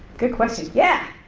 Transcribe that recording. good question, yeah.